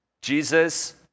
Jesus